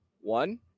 one